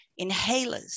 inhalers